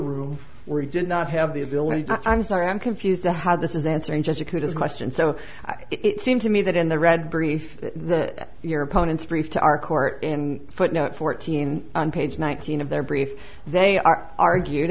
room where he did not have the ability i'm sorry i'm confused to how this is answering his question so it seemed to me that in the red brief that your opponents brief to our court in footnote fourteen on page nineteen of their brief they are argued